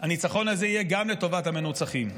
הניצחון הזה יהיה גם לטובת המנוצחים,